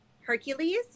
Hercules